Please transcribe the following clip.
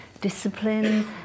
discipline